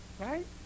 Right